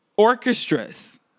orchestras